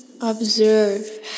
observe